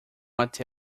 até